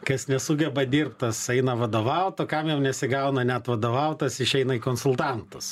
kas nesugeba dirbt tas eina vadovaut o kam jau nesigauna net vadovaut tas išeina į konsultantus